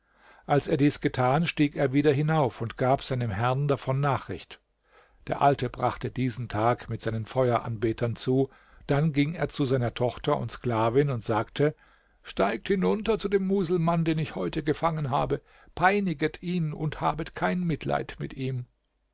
als er dies getan stieg er wieder hinauf und gab seinem herrn davon nachricht der alte brachte diesen tag mit seinen feueranbetern zu dann ging er zu seiner tochter und sklavin und sagte steigt hinunter zu dem muselmann den ich heute gefangen habe peiniget ihn und habet kein mitleid mit ihm